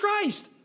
Christ